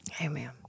Amen